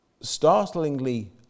startlingly